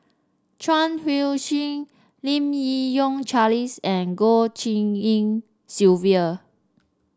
Chuang Hui Tsuan Lim Yi Yong Charles and Goh Tshin En Sylvia